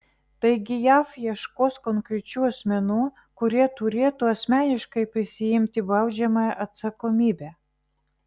taigi jav ieškos konkrečių asmenų kurie turėtų asmeniškai prisiimti baudžiamąją atsakomybę